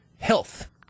health